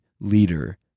leader